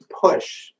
push